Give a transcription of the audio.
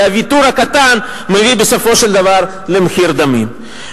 כי הוויתור הקטן מביא בסופו של דבר למחיר דמים.